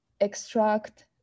extract